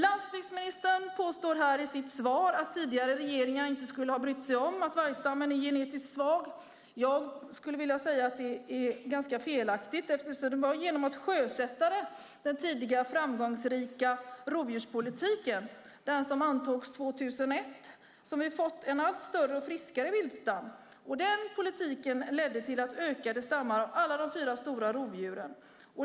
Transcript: Landsbygdsministern påstår i sitt svar att tidigare regeringar inte skulle ha brytt sig om att vargstammen är genetiskt svag. Jag skulle vilja säga att det är ganska felaktigt, eftersom det är genom att sjösätta den framgångsrika rovdjurspolitik som antogs 2001 som vi fått en allt större och friskare viltstam. Den politiken ledde till ökade stammar av alla de fyra stora rovdjuren.